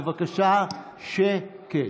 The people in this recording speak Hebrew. בבקשה, שקט.